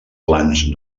plans